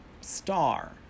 Star